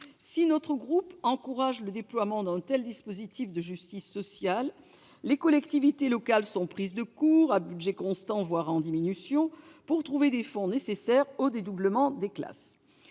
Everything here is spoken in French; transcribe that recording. Si notre groupe encourage le déploiement d'un tel dispositif de justice sociale, les collectivités locales sont prises de court, à budget constant, voire en diminution, pour trouver les fonds nécessaires au dédoublement des classes.